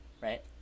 right